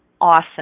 awesome